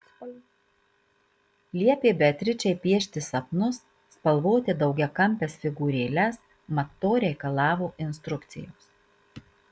liepė beatričei piešti sapnus spalvoti daugiakampes figūrėles mat to reikalavo instrukcijos